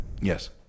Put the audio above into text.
Yes